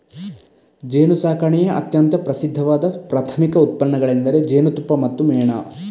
ಜೇನುಸಾಕಣೆಯ ಅತ್ಯಂತ ಪ್ರಸಿದ್ಧವಾದ ಪ್ರಾಥಮಿಕ ಉತ್ಪನ್ನಗಳೆಂದರೆ ಜೇನುತುಪ್ಪ ಮತ್ತು ಮೇಣ